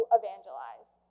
evangelize